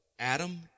Adam